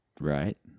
Right